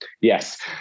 Yes